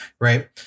right